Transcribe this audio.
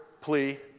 plea